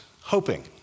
hoping